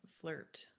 flirt